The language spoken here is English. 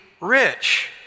rich